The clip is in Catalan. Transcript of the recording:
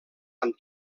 amb